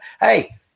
Hey